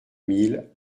mille